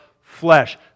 flesh